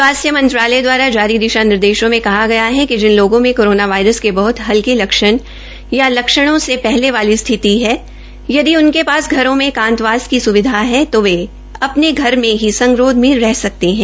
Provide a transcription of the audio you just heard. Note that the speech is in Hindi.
स्वास्थ्य मंत्रालय दवारा जारी दिशा निर्देशों में कहा गया है कि जिन लोगों में कोरोना वायरस के बहत हल्के लक्षण या लक्षणों से हले वाली एकांतवास की स्विधा है जो वे अ ने घर में ही संगरोध में रह सकते है